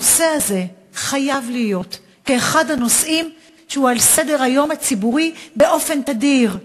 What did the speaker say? הנושא הזה חייב להיות אחד הנושאים שעל סדר-היום הציבורי באופן תדיר,